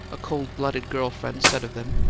a cold-blooded girl friend said of them,